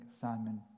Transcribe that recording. Simon